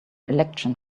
election